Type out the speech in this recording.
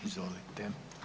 Izvolite.